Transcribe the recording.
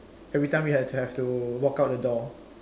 every time you had to have to walk out the door